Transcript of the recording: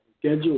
Schedule